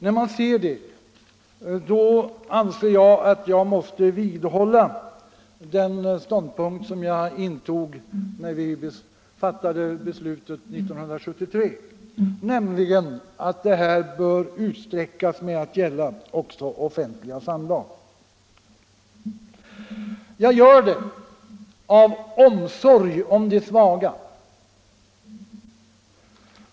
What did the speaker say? För min del måste jag vidhålla den ståndpunkt som jag intog vid beslutets fattande 1973, nämligen att förbudet borde utsträckas till att gälla även offentliga samlag. Jag gör det av omsorg om de svaga.